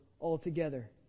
altogether